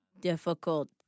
difficult